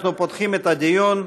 אנחנו פותחים את הדיון.